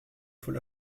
faut